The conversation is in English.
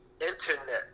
internet